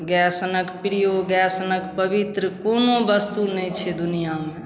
गाइसनक प्रिय गाइसनक पवित्र कोनो वस्तु नहि छै दुनिआमे